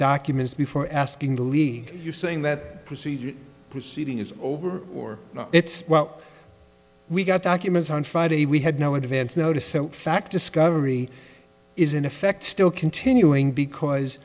documents before asking the league you saying that procedure proceeding is over or it's well we got documents on friday we had no advance notice so fact discovery is in effect still continuing because